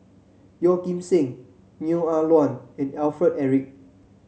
Yeo Kim Seng Neo Ah Luan and Alfred Eric